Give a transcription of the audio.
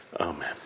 Amen